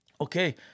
Okay